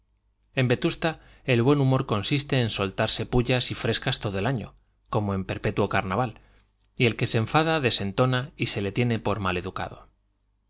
en vetusta el buen humor consiste en soltarse pullas y frescas todo el año como en perpetuo carnaval y el que se enfada desentona y se le tiene por